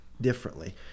differently